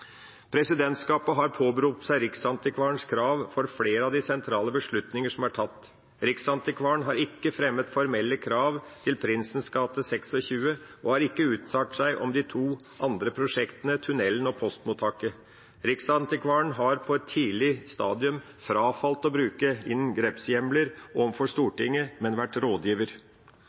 Presidentskapet har påberopt seg Riksantikvarens krav for flere av de sentrale beslutninger som er tatt. Riksantikvaren har ikke fremmet formelle krav til Prinsens gate 26 og har ikke uttalt seg om de to andre prosjektene, tunnelen og postmottaket. Riksantikvaren har på et tidlig stadium frafalt å bruke inngrepshjemler overfor Stortinget, men vært rådgiver,